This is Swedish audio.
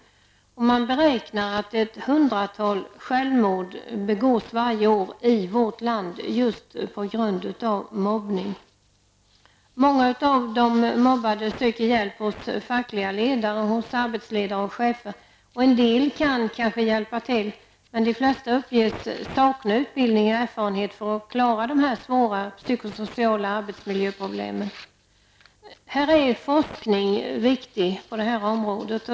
Man beräknar att ett hundratal självmord begås varje år i vårt land just på grund av mobbning. Många av de mobbade söker hjälp hos fackliga ledare, hos arbetsledare och chefer. En del kan kanske hjälpa till, men de flesta uppges sakna utbildning och erfarenhet för att klara dessa svåra psykosociala arbetsmiljöproblem. Forskning är viktig på det här området.